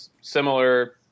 similar